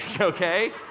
okay